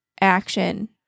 action